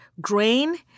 grain